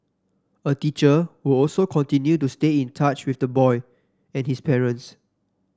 a teacher will also continue to stay in touch with the boy and his parents